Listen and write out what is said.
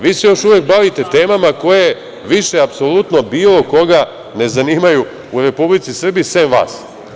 Vi se još uvek bavite temama koje više apsolutno bilo koga ne zanimaju u Republici Srbiji, sem vas.